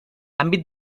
àmbit